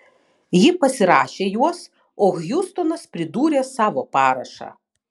ji pasirašė juos o hjustonas pridūrė savo parašą